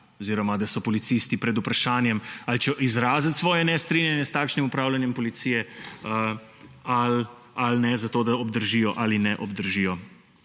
oziroma da so policisti pred vprašanjem, ali izraziti svoje nestrinjanje s takšnim upravljanjem policije ali ne, zato da obdržijo ali ne obdržijo